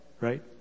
right